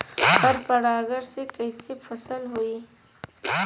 पर परागण से कईसे फसल होई?